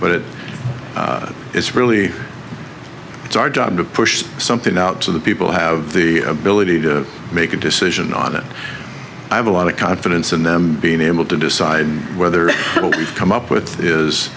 but it is really it's our job to push something out so the people have the ability to make a decision on it i have a lot of confidence in them being able to decide whether it will come up with is